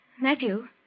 Matthew